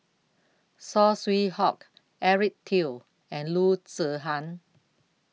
Saw Swee Hock Eric Teo and Loo Zihan